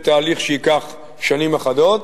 זה תהליך שייקח שנים אחדות.